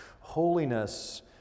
Holiness